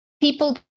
people